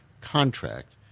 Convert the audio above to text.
contract